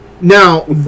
now